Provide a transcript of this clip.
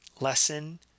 lesson